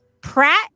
Pratt